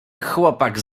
chłopak